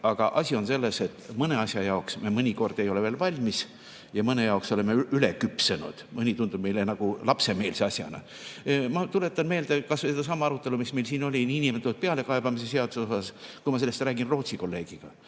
aga asi on selles, et mõne asja jaoks me vahel ei ole veel valmis, mõne asja jaoks aga oleme üleküpsenud, mõni tundub meile nagu lapsemeelse asjana. Ma tuletan meelde kas või sedasama arutelu, mis meil oli niinimetatud pealekaebamise seaduse üle. Kui ma sellest räägin Rootsi kolleegiga,